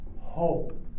hope